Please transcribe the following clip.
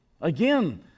Again